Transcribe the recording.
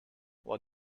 what